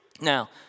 Now